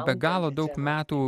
be galo daug metų